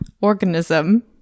organism